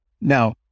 Now